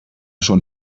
schon